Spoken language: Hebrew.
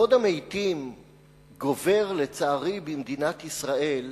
כבוד המתים גובר, לצערי, במדינת ישראל